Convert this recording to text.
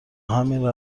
همین